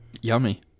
yummy